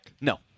No